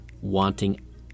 wanting